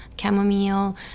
chamomile